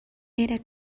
era